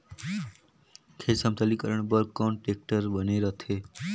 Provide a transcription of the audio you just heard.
खेत समतलीकरण बर कौन टेक्टर बने रथे?